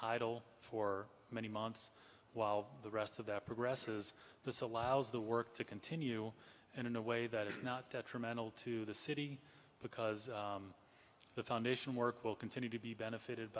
idle for many months while the rest of the progresses this allows the work to continue and in a way that is not the terminal to the city because the foundation work will continue to be benefited